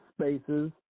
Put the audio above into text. spaces